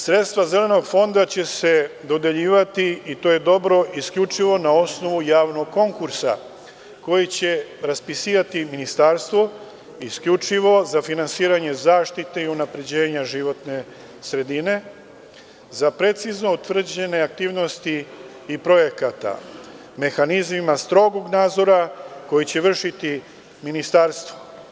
Sredstva Zelenog fonda će se dodeljivati i to je dobro, isključivo na osnovu javnog konkursa koji će raspisivati ministarstvo isključivo za finansiranje zaštite i unapređenja životne sredine, za precizno utvrđene aktivnosti i projekata, mehanizmima strogog nadzora koji će vršiti ministarstvo.